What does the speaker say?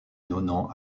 nonant